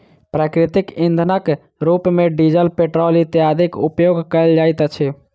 प्राकृतिक इंधनक रूप मे डीजल, पेट्रोल इत्यादिक उपयोग कयल जाइत अछि